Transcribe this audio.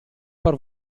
per